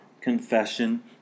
confession